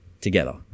together